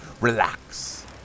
relax